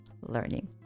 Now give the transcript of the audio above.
learning